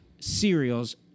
cereals